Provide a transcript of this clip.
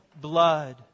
blood